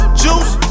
juice